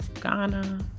Ghana